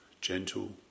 Gentle